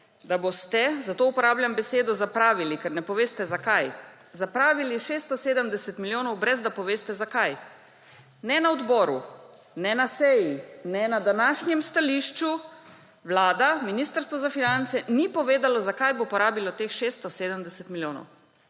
da boste, zato uporabljam besedo zapravili, ker ne poveste za kaj, zapravili 670 milijonov, brez da poveste, za kaj. Ne na odboru, ne na seji, ne na današnjem stališču Vlada, Ministrstvo za finance ni povedalo, za kaj bo porabilo teh 670 milijonov.